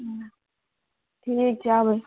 ठीक छै आबै